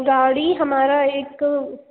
गाड़ी हमारा एक